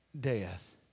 death